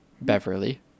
Beverly